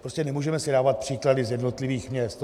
Prostě nemůžeme si dávat příklady z jednotlivých měst.